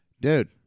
Dude